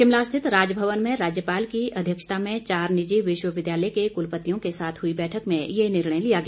शिमला स्थित राजभवन में राज्यपाल की अध्यक्षता में चार निजी विश्वविद्यालय के कुलपत्तियों के साथ हुई बैठक में ये निर्णय लिया गया